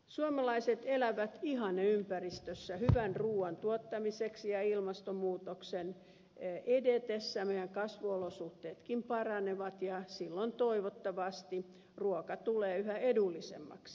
suomalaiset elävät ihanneympäristössä hyvän ruuan tuottamiseksi ja ilmastonmuutoksen edetessä meidän kasvuolosuhteemmekin paranevat ja silloin toivottavasti ruoka tulee yhä edullisemmaksi